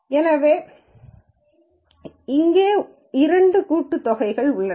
எனவே உள்ளன இரட்டை கூட்டுத்தொகை உள்ளது